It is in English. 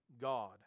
God